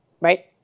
right